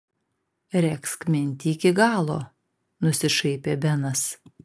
regzk mintį iki galo nusišaipė benas